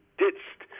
ditched